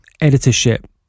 editorship